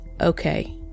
Okay